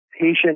patient